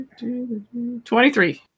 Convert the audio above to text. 23